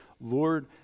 Lord